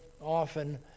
often